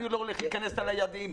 אני לא הולך להיכנס לעניין היעדים.